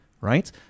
right